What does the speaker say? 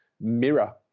Mirror